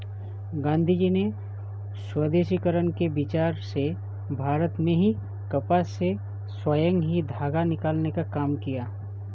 गाँधीजी ने स्वदेशीकरण के विचार से भारत में ही कपास से स्वयं ही धागा निकालने का काम किया